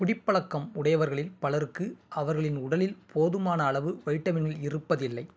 குடிப்பழக்கம் உடையவர்களில் பலருக்கு அவர்களின் உடலில் போதுமான அளவு வைட்டமின்கள் இருப்பது இல்லை